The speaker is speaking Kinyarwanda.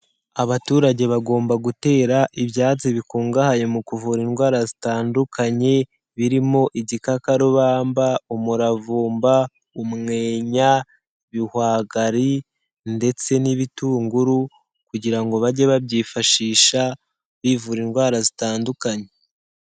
Abaturage bagomba gutera ibyatsi bikungahaye mu kuvura indwara zitandukanye, birimo: igikakarubamba, umuravumba, umwenya, ibihwagari ndetse n'ibitunguru, kugira ngo bajye babyifashisha, bivura indwara zitandukanye.